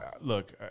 look